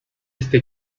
este